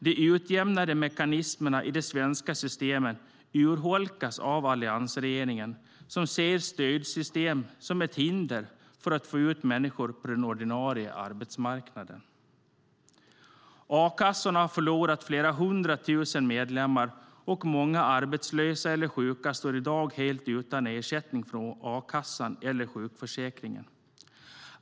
De utjämnande mekanismerna i det svenska systemet urholkas av alliansregeringen som ser stödsystem som ett hinder för att få ut människor på den ordinarie arbetsmarknaden. A-kassorna har förlorat flera hundra tusen medlemmar, och många arbetslösa och sjuka står i dag helt utan ersättning från a-kassa eller sjukförsäkring.